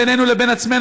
בינינו לבין עצמנו,